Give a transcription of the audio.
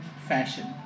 fashion